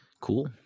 Cool